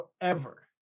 forever